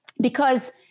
because-